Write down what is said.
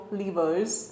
levers